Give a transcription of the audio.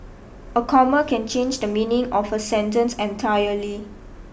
a comma can change the meaning of a sentence entirely